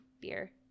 beer